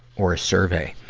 or a survey.